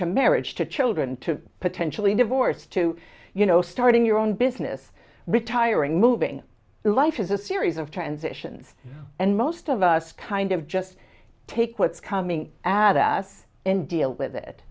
to marriage to children to potentially divorce to you know starting your own business retiring moving life is a series of transitions and most of us kind of just take what's coming at us and deal with it